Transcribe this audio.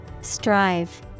Strive